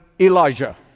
Elijah